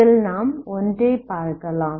இதில் நாம் ஒன்றை பார்க்கலாம்